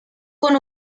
con